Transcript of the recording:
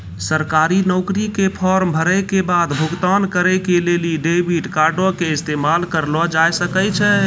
सरकारी नौकरी के फार्म भरै के बाद भुगतान करै के लेली डेबिट कार्डो के इस्तेमाल करलो जाय सकै छै